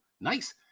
nice